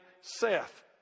Seth